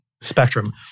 spectrum